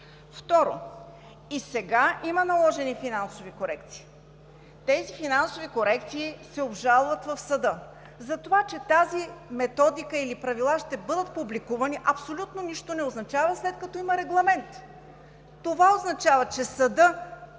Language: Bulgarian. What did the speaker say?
Второ, и сега има наложени финансови корекции. Тези финансови корекции се обжалват в съда. Затова че тази методика или правила ще бъдат публикувани, абсолютно нищо не означава, след като има Регламент. Това означава, че съдът